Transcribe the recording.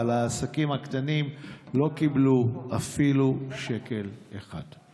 אבל העסקים הקטנים לא קיבלו אפילו שקל אחד.